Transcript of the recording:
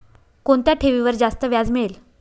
कोणत्या ठेवीवर जास्त व्याज मिळेल?